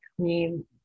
clean